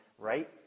right